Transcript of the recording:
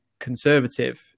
conservative